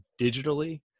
digitally